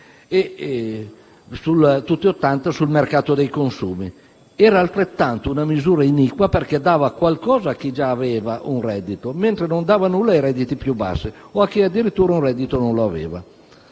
tutti sul mercato dei consumi. Era altrettanto una misura iniqua, perché dava qualcosa a chi già aveva un reddito, mentre non dava nulla ai redditi più bassi o a chi addirittura un reddito non lo aveva.